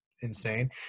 insane